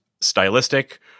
stylistic